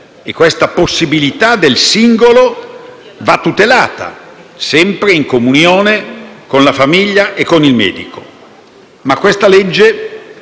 e questa possibilità del singolo va tutelata, sempre in comunione con la famiglia e con il medico. Ma questa legge